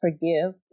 forgive